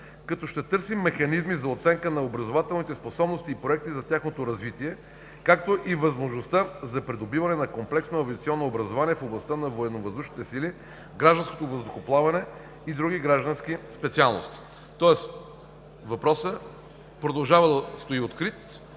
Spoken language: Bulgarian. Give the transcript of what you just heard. като ще търсим механизми за оценка на образователните способности и проекти за тяхното развитие, както и възможността за придобиване на комплексно авиационно образование в областта на военновъздушните сили, гражданското въздухоплаване и други граждански специалности. Тоест въпросът продължава да стои открит